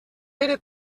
pere